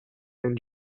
and